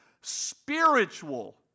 spiritual